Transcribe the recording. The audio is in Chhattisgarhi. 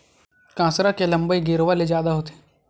कांसरा के लंबई गेरवा ले जादा होथे